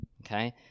okay